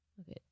Okay